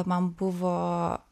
man buvo